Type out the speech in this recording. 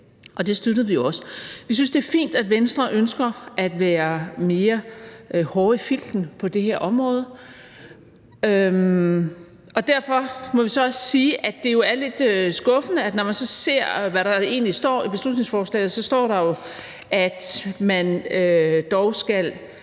og det støttede vi også. Vi synes, det er fint, at Venstre ønsker at være mere hårde i filten på det her område. Derfor må vi også sige, at det er lidt skuffende, at når vi så ser, hvad der egentlig står i beslutningsforslaget, så står der, at man skal